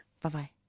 Bye-bye